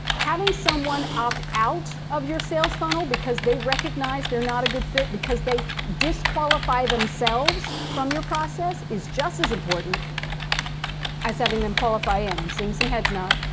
having someone opt out of your sales funnel because they recognize they're not a good fit, because they disqualify themselves from your process is just as important as having them qualify in. i'm seeing some heads nod,